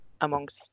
amongst